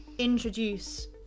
introduce